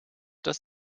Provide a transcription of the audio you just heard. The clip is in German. dass